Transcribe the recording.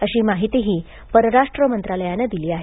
अशी माहितीही परराष्टू मंत्रालयानं दिली आहे